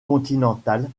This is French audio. continental